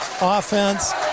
offense